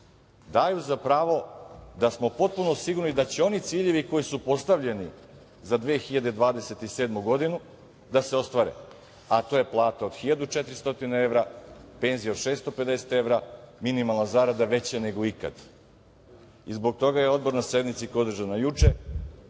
daju za pravo da smo potpuno sigurni da će oni ciljevi koji su postavljeni za 2027. godinu da se ostvare, a to je plata od 1.400 evra, penzije od 650 evra, minimalna zarada veća nego ikad. Zbog toga je Odbor na sednici koja je